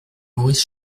maurice